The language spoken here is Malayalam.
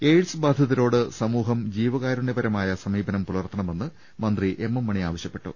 എയ്ഡ്സ് ബാധിതരോട് സമൂഹം ജീവകാരുണ്യ പരമായ സമീപം പുലർത്തണമെന്ന് മന്ത്രി എം എം മണി ആവശ്യപ്പെട്ടു